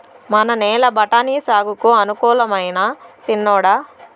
మన నేల బఠాని సాగుకు అనుకూలమైనా చిన్నోడా